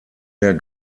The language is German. der